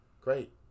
great